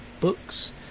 books